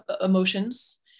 emotions